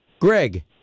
Greg